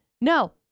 No